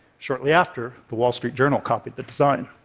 shortly after, the wall street journal copied the design.